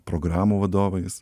programų vadovais